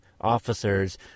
officers